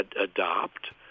adopt